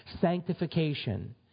Sanctification